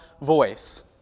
voice